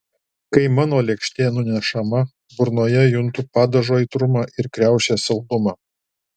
kai mano lėkštė nunešama burnoje juntu padažo aitrumą ir kriaušės saldumą